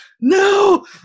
No